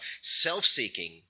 self-seeking